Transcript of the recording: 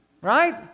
Right